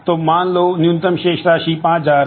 तो मान लो न्यूनतम शेष राशि 5000 है